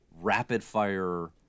rapid-fire